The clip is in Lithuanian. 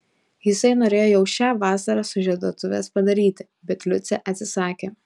jisai norėjo jau šią vasarą sužieduotuves padaryti bet liucė atsisakė